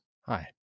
Hi